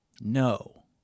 No